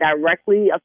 directly